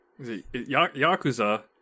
Yakuza